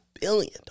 billion